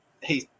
Hey